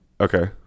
Okay